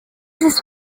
this